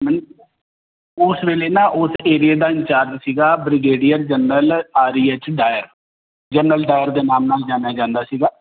ma'am ਉਸ ਵੇਲੇ ਨਾ ਉਸ ਏਰੀਏ ਦਾ ਇੰਚਾਰਜ ਸੀਗਾ brigadier general R H Dyer general Dyer ਦੇ ਨਾਮ ਨਾਲ ਜਾਣਿਆ ਜਾਂਦਾ ਸੀਗਾ